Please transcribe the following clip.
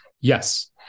Yes